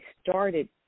started